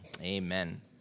Amen